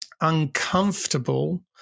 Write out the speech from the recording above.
uncomfortable